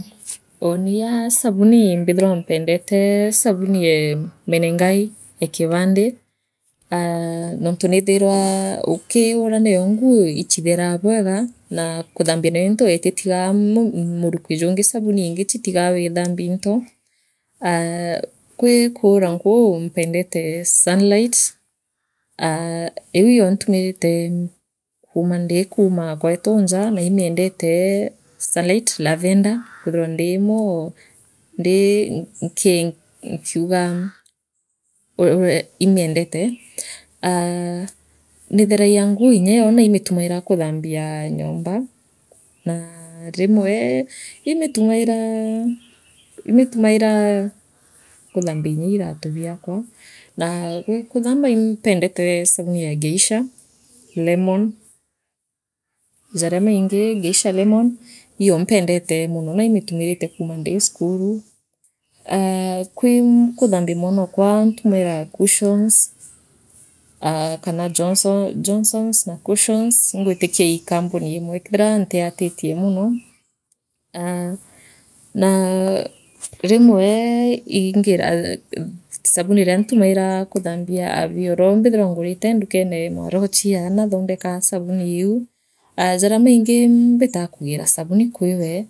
Uu aa sabuni mbithairwa mpendete sabuni ee menengai ee kibandi aa noontu niithairwa u ukiura nayo nguu ichitheraa bwega naa kuthambia nio into ititigaa m maruki jungi sabuni ingi chitigua wiithambia into aa gwii kaura nguu mpendete sunlight aa iu iyo ntumirite kuuma ndikumaa gwetu njaa naa imiendetee sunlight lavender kwithirwa ndii moo nki nkiugaa u e imiendete aah ntheragia nguu nyayo naimitumairaa kuthambia nyombaa naa rimwe intumaira imitumairaa kuthaambia nyaa iratu biakwa naa kuthamba ii impendete sabuni ee geisha lemon jaria maingi geisha lemon iiyo mpendete mono ra imiitumirite kama ndi sukuru aa gwi kuthambia mwanokwa ntumaira cussons aa kaa johnso johnsons na cussions ingwitikia ii kombuni imwe kwwthira ntiatitie mono aa naa rimwe ingiraaga ii sabuni iria ntumaira kuuthambie bioro mbithaira ngurite ndukenee mwarochia naathondekaa sabuni iu aa jaria maingi mbitaa kugira sabuni kwiwe.